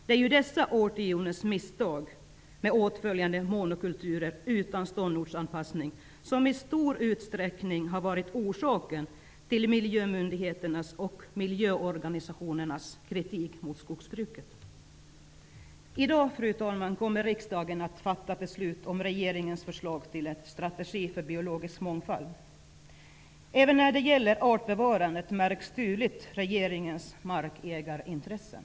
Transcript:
Det är ju dessa årtiondens misstag, med åtföljande monokulturer utan ståndortsanpassning, som i stor utsträckning har varit orsaken till miljömyndigheternas och miljöorganisationernas kritik mot skogsbruket. Fru talman! I dag kommer riksdagen att fatta beslut om regeringens förslag till en strategi för biologisk mångfald. Även när det gäller artbevarandet märks tydligt regeringens markägarintressen.